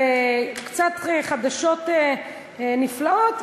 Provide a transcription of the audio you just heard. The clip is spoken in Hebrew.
וקצת חדשות נפלאות,